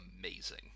amazing